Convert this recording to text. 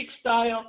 style